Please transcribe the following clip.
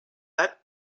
that